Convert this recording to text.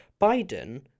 biden